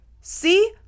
See